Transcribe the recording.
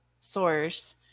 source